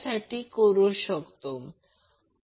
तर तो Ia असेल VAN Z अँगल असेल